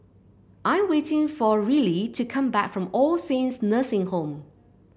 I waiting for Rillie to come back from All Saints Nursing Home